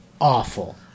awful